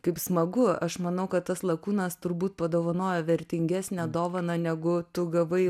kaip smagu aš manau kad tas lakūnas turbūt padovanojo vertingesnę dovaną negu tu gavai